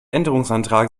änderungsantrag